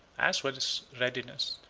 as well as readiness,